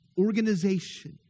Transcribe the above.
organization